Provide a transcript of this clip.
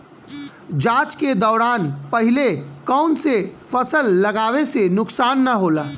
जाँच के दौरान पहिले कौन से फसल लगावे से नुकसान न होला?